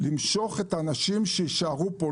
למשוך את האנשים שיישארו פה,